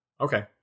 Okay